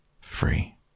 free